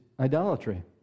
Idolatry